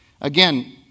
Again